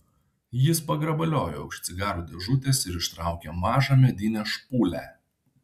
jis pagrabaliojo už cigarų dėžutės ir ištraukė mažą medinę špūlę